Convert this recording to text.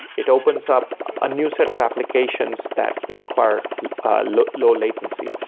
it opens up a new set of applications that require low-latency.